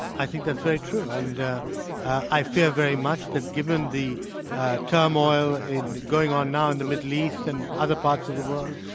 i think that's very true. and i fear very much that given the turmoil going on now in the middle east and other parts of the world,